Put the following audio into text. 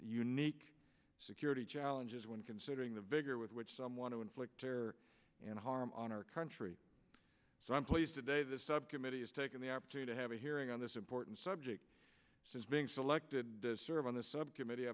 unique security challenges when considering the vigor with which some want to inflict terror and harm on our country so i'm pleased today this subcommittee is taking the opportunity have a hearing on this important subject since being selected serve on the subcommittee